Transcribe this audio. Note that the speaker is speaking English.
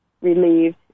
relieved